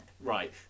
Right